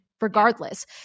regardless